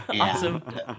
Awesome